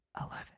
Eleven